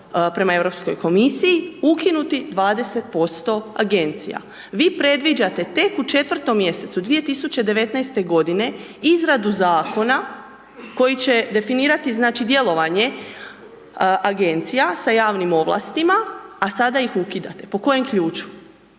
prema Europskoj komisiji ukinuti 20% agencija. Vi predviđate tek u 4. mjesecu 2019. godine izradu zakona koji će definirati znači djelovanje agencija sa javnim ovlastima a sada ih ukidate. Po kojem ključu?